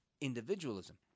individualism